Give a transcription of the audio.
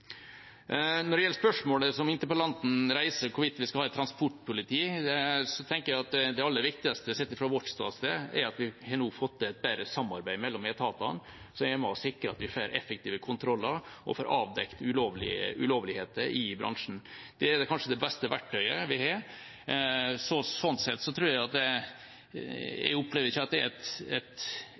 Når det gjelder spørsmålet som interpellanten reiser, om hvorvidt det skal være transportpoliti, tenker jeg at det aller viktigste sett fra vårt ståsted er at vi nå har fått til et bedre samarbeid mellom etatene, som er med på å sikre at vi får effektive kontroller og får avdekket ulovligheter i bransjen. Det er kanskje det beste verktøyet vi har. Sånn sett opplever jeg ikke at det er et veldig stort behov for å etablere et